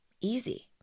easy